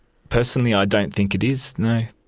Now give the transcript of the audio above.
personally, i don't think it is, no.